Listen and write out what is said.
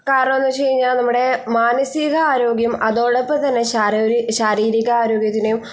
കാരണം എന്ന് വച്ചുകഴിഞ്ഞാൽ നമ്മുടെ മാനസികാരോഗ്യം അതോടൊപ്പം തന്നെ ശാരീരികാരോഗ്യത്തിനും